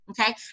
okay